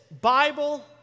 Bible